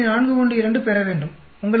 412 பெற வேண்டும் உங்களுக்கு 0